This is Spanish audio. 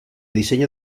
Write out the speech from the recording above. diseño